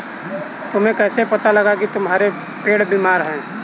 तुम्हें कैसे पता लगा की तुम्हारा पेड़ बीमार है?